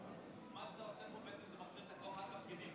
מה שאתה עושה פה בעצם זה מחזיר את הכוח לפקידים.